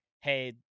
hey